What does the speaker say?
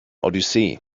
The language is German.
odyssee